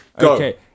Okay